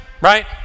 right